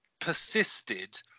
persisted